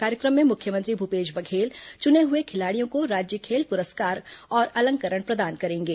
कार्यक्रम में मुख्यमंत्री भूपेश बघेल चुने हुए खिलाड़ियों को राज्य खेल पुरस्कार और अलंकरण प्रदान करेंगे